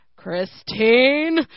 Christine